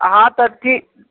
हाँ तऽ ठीक